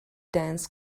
dense